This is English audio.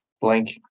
blank